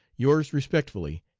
yours respectfully,